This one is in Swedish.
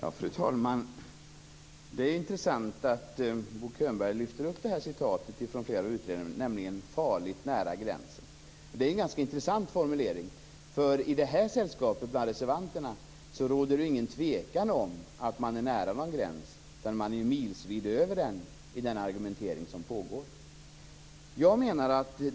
Fru talman! Det är intressant att Bo Könberg lyfter upp citatet från flera utredningar, nämligen "farligt nära gränsen". Det är en ganska intressant formulering. I det här sällskapet, bland reservanterna, råder det ingen tvekan om att man är nära någon gräns; man är milsvitt över den i argumenteringen här.